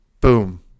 boom